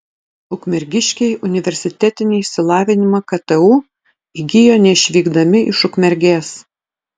ukmergiškiai universitetinį išsilavinimą ktu įgijo neišvykdami iš ukmergės